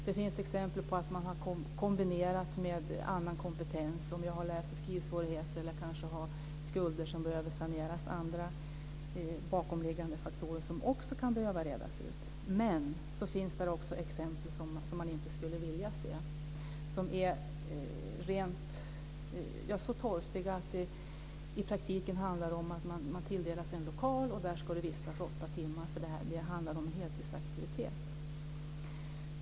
Det finns exempel på att man har kombinerat med annan kompetens, det kan vara att man har läs och skrivsvårigheter eller kanske skulder som behöver saneras. Det kan finnas andra bakomliggande faktorer som också behöver redas ut. Men så finns det också exempel som man inte skulle vilja se. De kan vara så torftiga att det i praktiken handlar om att man tilldelas en lokal och där ska man vistas i åtta timmar för att det är en heltidsaktivitet.